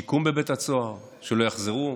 שיקום בבית הסוהר שלא יחזרו.